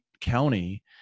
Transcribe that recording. county